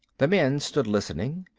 the men stood listening.